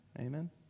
Amen